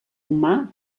humà